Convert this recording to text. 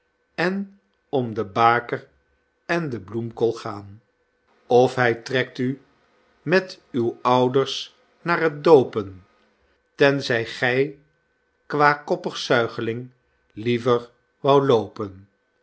en om de baker en de bloemkool gaan of hy trekt u met uw ouders naar t doopen ten zij gy qua koppig zuigeling liever wou loopen